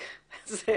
זה..